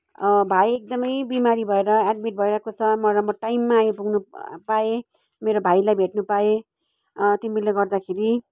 भाइ एकदमै बिमारी भएर एड्मिट भइरहेको छ म र म टाइममा आइपुग्नु पाएँ मेरो भाइलाई भेट्नु पाएँ तिमीले गर्दाखेरि